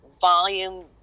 volume